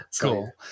Cool